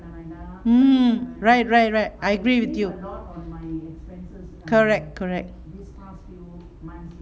mm right right right I agree with you correct correct